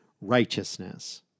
righteousness